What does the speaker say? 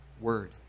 word